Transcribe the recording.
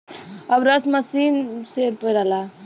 अब रस मसीन से पेराला